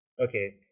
Okay